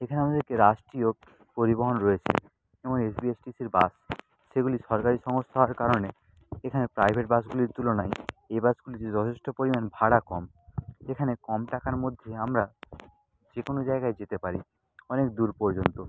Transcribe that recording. এখানে আমাদেরকে রাষ্ট্রীয় পরিবহন রয়েছে যেমন এসবিএসটিসির বাস সেগুলি সরকারি সংস্থা হওয়ার কারণে এখানে প্রাইভেট বাসগুলির তুলনায় এই বাসগুলিতে যথেষ্ট পরিমাণ ভাড়া কম এখানে কম টাকার মধ্যে আমরা যে কোনও জায়গায় যেতে পারি অনেক দূর পর্যন্ত